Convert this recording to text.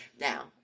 Now